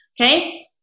Okay